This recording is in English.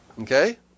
Okay